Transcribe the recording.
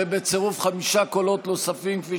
ובצירוף חמישה קולות נוספים כפי